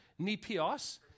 nepios